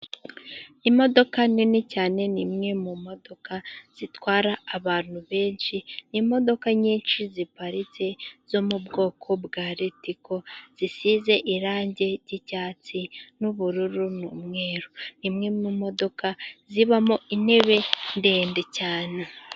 Imodoka nini cyane, ni imwe mu modoka zitwara abantu benshi, ni imodoka nyinshi ziparitse zo mu bwoko bwa ritiko, zisize irangi ryicyatsi, n'ubururu, n'umweru, ni imwe mu modoka zibamo intebe ndende cyane.